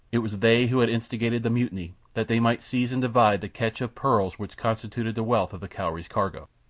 it was they who had instigated the mutiny that they might seize and divide the catch of pearls which constituted the wealth of the cowrie's cargo.